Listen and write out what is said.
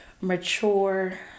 mature